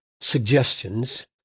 suggestions